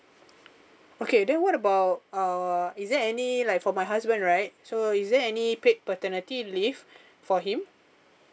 okay then what about uh is there any like for my husband right so is there any paid paternity leave for him